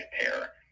pair